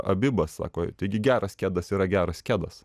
abibas sako taigi geras kedas yra geras kedas